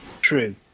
True